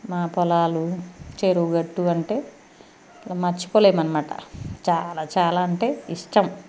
మా పొలాలు చెరువుగట్టు అంటే మర్చిపోలేము అన్నమాట చాలా చాలా అంటే ఇష్టం